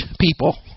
people